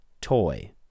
toy